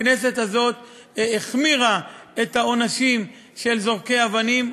הכנסת הזאת החמירה את העונשים של זורקי אבנים,